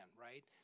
right